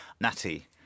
Natty